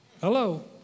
Hello